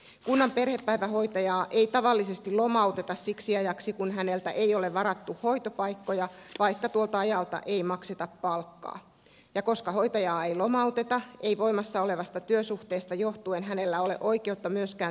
kunnan perhepäivähoitajaa ei tavallisesti lomauteta siksi ajaksi kun häneltä ei ole varattu hoitopaikkoja vaikka tuolta ajalta ei makseta palkkaa ja koska hoitajaa ei lomauteta ei voimassa olevasta työsuhteesta johtuen hänellä ole oikeutta myöskään työttömyysetuuteen